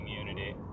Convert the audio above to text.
immunity